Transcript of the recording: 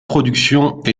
productions